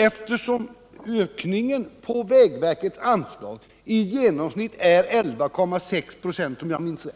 Eftersom ökningen av vägverkets anslag i genomsnitt är 11,6 26, om jag minns rätt,